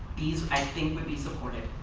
these, i think would be supported.